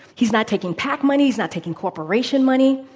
he's not taking pac money, he's not taking corporation money,